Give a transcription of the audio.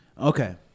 Okay